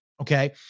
Okay